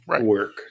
work